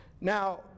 Now